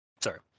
Sorry